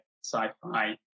sci-fi